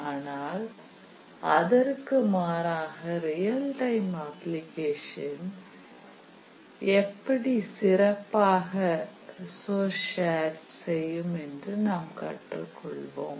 ஆனால் அதற்கு மாறாக ரியல் டைம் அப்ளிகேஷன் எப்படி சிறப்பாக ரிசோர்ஸ் ஷேர் செய்யும் என்று கற்றுக்கொள்வோம்